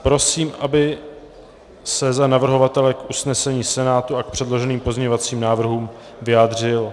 Prosím, aby se za navrhovatele k usnesení Senátu a k předloženým pozměňovacím návrhům vyjádřil...